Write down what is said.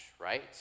right